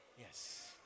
Yes